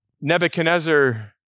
Nebuchadnezzar